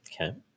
Okay